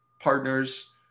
partners